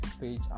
page